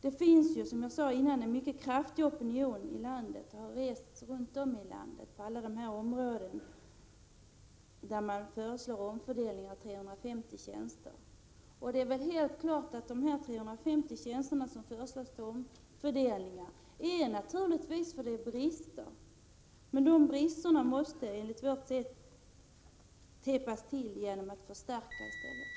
Det finns, som jag sade tidigare, en mycket kraftig opinion ute i landet för en omfördelning av 350 tjänster. Orsaken är naturligtvis de nuvarande bristerna, men dessa brister måste enligt vår mening avhjälpas genom en utökning av antalet tjänster.